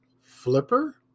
Flipper